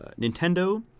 Nintendo